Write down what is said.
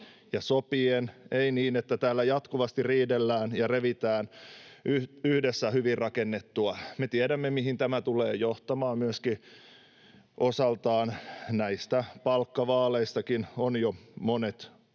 sopien, ei niin, että täällä jatkuvasti riidellään ja revitään yhdessä hyvin rakennettua. Me tiedämme, mihin tämä tulee johtamaan myöskin osaltaan. Näistä palkkavaaleistakin ovat jo monet